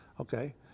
Okay